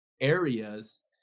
areas